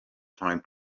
time